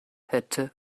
hätte